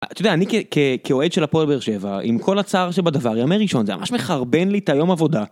אני כאוהד של הפועל באר שבע עם כל הצער שבדבר ימי ראשון זה ממש מחרבן לי את היום עבודה.